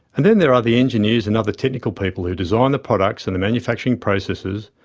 and then there are the engineers and other technical people who design the products and the manufacturing processes,